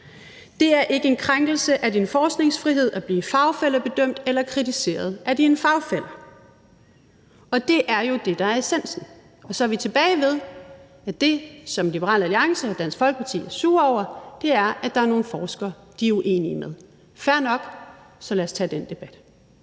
Det er ikke en krænkelse af forskningsfriheden at blive fagfællebedømt eller kritiseret af fagfæller. Og det er jo det, der er essensen. Og så er vi tilbage ved, at det, som Liberal Alliance og Dansk Folkeparti er sure over, er, at der er nogle forskere, de er uenige med. Det er fair nok; så lad os tage den debat.